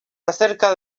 acerca